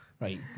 Right